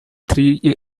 three